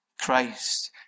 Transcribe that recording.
Christ